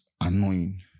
annoying